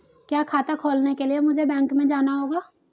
क्या खाता खोलने के लिए मुझे बैंक में जाना होगा?